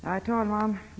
Herr talman!